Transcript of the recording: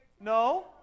No